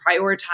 prioritize